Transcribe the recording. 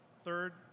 Third